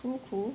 cool cool